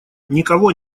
никого